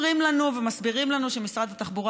אומרים לנו ומסבירים לנו שמשרד התחבורה